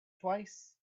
twice